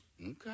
Okay